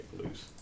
loose